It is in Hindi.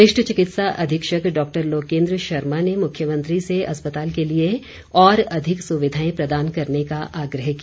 वरिष्ठ चिकित्सा अधीक्षक डॉक्टर लोकेन्द्र शर्मा ने मुख्यमंत्री से अस्पताल के लिए और अधिक सुविधाएं प्रदान करने का आग्रह किया